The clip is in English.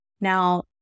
Now